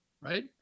Right